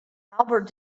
albert